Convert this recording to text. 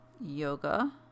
yoga